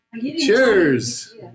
Cheers